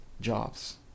jobs